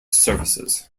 services